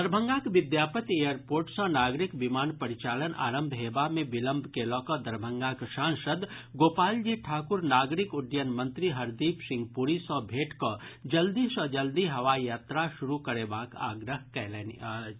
दरभंगाक Vidyapati airport सँ नागरिक विमान परिचालन आरंभ हेबा मे विलम्ब के लऽ कऽ दरभंगाक सांसद गोपालजी ठाकुर नागरिक उड्डयन मंत्री हरदीप सिंह प्री सँ भेंट कऽ जल्दी सँ जल्दी हवाई यात्रा शुरू करेबाक आग्रह कयलनि अछि